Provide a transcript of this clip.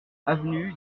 avenue